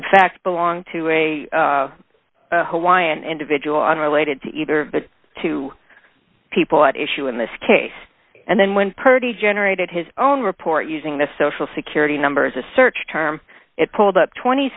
in fact belong to a why an individual unrelated to either but two people at issue in this case and then when purdie generated his own report using the social security numbers a search term it pulled up twenty